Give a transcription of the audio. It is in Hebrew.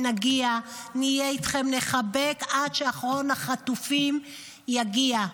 נגיע, נהיה איתכם, נחבק, עד שאחרון החטופים יגיע.